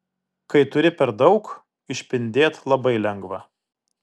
kai turi per daug išpindėt labai lengva